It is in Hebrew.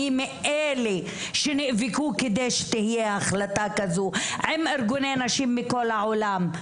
אני מאלה שנאבקו כדי שתהיה החלטה כזו עם ארגוני נשים מכל העולם.